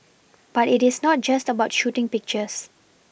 but it is not just about shooting pictures